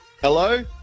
Hello